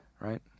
Right